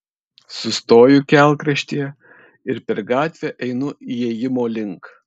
sustoju kelkraštyje ir per gatvę einu įėjimo link